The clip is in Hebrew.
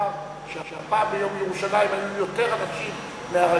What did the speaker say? בוא ונאמר שהפעם ביום ירושלים היו יותר אנשים מהרגיל.